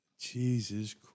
Jesus